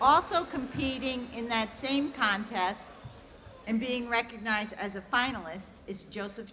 also competing in that same contest and being recognized as a finalist is joseph